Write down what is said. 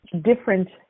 different